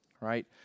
Right